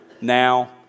now